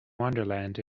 wonderland